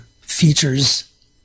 features